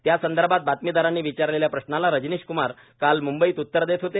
त्यासंदर्भात बातमीदारांनी विचारलेल्या प्रश्नाला रजनीश क्मार काल मुंबईत उत्तर देत होते